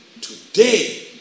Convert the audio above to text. Today